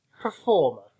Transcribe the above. Performer